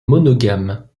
monogame